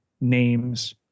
names